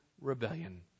rebellion